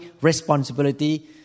responsibility